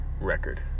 record